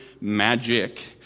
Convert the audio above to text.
magic